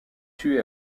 tué